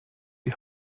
die